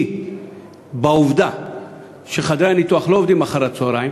כי העובדה שחדרי הניתוח לא עובדים אחר-הצהריים